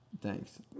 Thanks